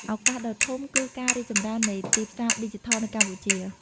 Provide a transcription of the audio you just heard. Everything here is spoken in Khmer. ឱកាស ដ៏ធំគឺការរីកចម្រើននៃទីផ្សារឌីជីថលនៅកម្ពុជា។